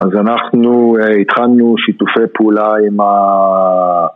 אז אנחנו התחלנו שיתופי פעולה עם ה...